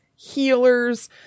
healers